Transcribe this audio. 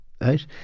Right